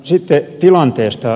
sitten tilanteesta